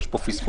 יש פה פספוס.